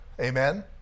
amen